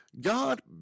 God